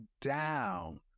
down